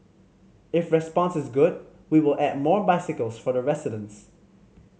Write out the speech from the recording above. if response is good we will add more bicycles for the residents